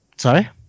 Sorry